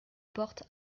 porte